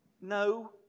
no